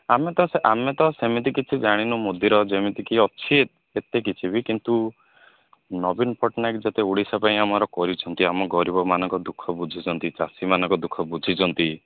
ଆମେ ତ ସେ ଆମେ ତ ସେମିତି କିଛି ଜାଣିନୁ ମୋଦିର ଯେମିତିକି ଅଛି ଏତେ କିଛି ବି କିନ୍ତୁ ନବୀନ ପଟ୍ଟନାୟକ ଯେତେ ଓଡ଼ିଶା ପାଇଁ ଆମର କରିଛନ୍ତି ଆମ ଗରିବମାନଙ୍କ ଦୁଃଖ ବୁଝିଛନ୍ତି ଚାଷୀମାନଙ୍କ ଦୁଃଖ ବୁଝିଛନ୍ତି